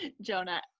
Jonah